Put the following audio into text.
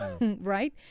Right